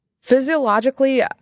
Physiologically